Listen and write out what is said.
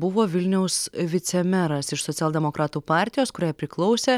buvo vilniaus vicemeras iš socialdemokratų partijos kuriai priklausė